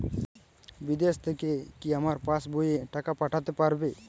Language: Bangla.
বিদেশ থেকে কি আমার পাশবইয়ে টাকা পাঠাতে পারবে?